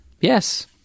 Yes